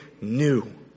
new